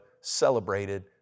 celebrated